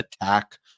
attack